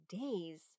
days